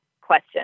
question